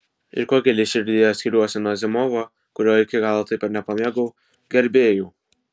ir kuo giliai širdyje skiriuosi nuo azimovo kurio iki galo taip ir nepamėgau gerbėjų